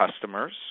customers